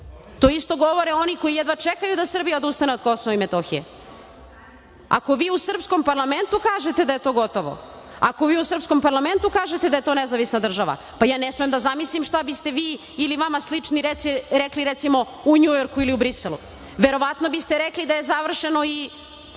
To isto govore oni koji jedva čekaju da Srbija odustane od KiM. Ako vi u srpskom parlamentu kažete da je to gotovo, ako vi u srpskom parlamentu kažete da je to nezavisna država, pa ja ne smem da zamislim šta biste vi, ili vama slični, rekli recimo u Njujorku ili Briselu. Verovatno biste rekli da je završeno i